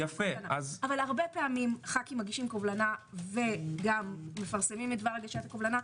אבל הרבה פעמים ח"כים מגישים קובלנה וגם מפרסמים את דבר הגשת הקובלנה,